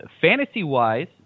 fantasy-wise